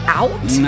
out